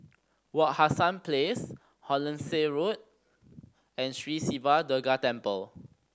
Wak Hassan Place Hollandse Road and Sri Siva Durga Temple